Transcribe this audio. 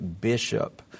bishop